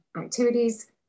activities